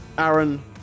Aaron